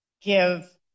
give